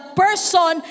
person